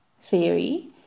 theory